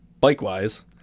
bike-wise